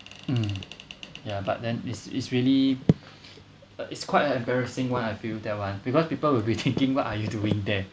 mm ya but then it's is really a is quite a embarrassing one I feel that one because people will be thinking what are you doing there